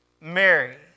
Mary